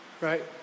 right